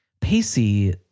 Pacey